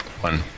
one